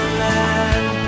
land